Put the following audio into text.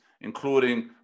including